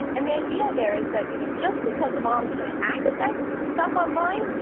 and the idea there is that you know just because mom can access stuff online,